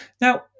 Now